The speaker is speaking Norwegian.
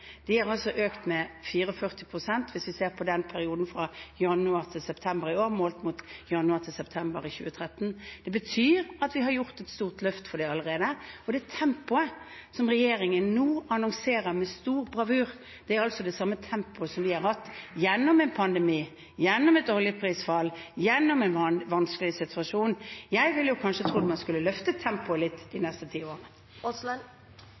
økt med 44 pst. hvis vi ser på perioden fra januar til september i år målt mot januar til september i 2013. Det betyr at vi har gjort et stort løft for det allerede, og tempoet som regjeringen annonserte med stor bravur, er det samme tempoet vi har hatt gjennom en pandemi, gjennom et oljeprisfall og gjennom en vanskelig situasjon. Jeg ville kanskje trodd man skulle øke tempoet litt de neste ti årene.